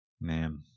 Man